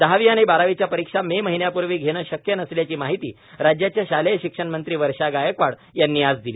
दहावी आणि बारावीच्या परिक्षा मे महिन्यापूर्वी घेणं शक्य नसल्याची माहिती राज्याच्या शालेय शिक्षण मंत्री वर्षा गायकवाड यांनी आज दिली